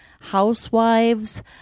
housewives